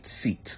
seat